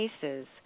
cases